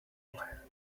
player